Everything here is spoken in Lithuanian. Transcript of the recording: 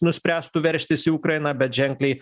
nuspręstų veržtis į ukrainą bet ženkliai